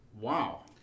Wow